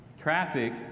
traffic